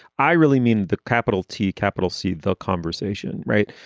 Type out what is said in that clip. i really mean the capital t capital c, the conversation. right.